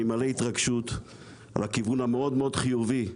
אני מלא התרגשות על הכיוון המאוד מאוד חיובי,